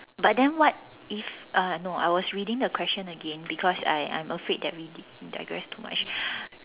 but then what if uh no I was reading the question again because I I'm afraid that we digress too much